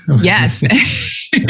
Yes